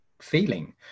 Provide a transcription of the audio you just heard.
feeling